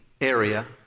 area